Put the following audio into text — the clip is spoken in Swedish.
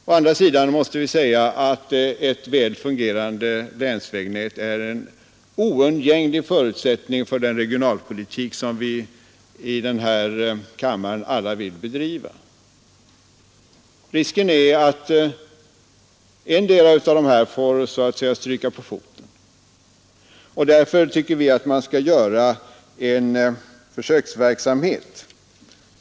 Å andra sidan är ett väl fungerande länsvägnät en oundgänglig förutsättning för den regionalpolitik som vi alla i denna kammare vill bedriva. Risken är att den ena av dessa två vägtyper får så att säga stryka på foten. Därför tycker vi att man skall börja en försöksverksamhet för att öka resurserna.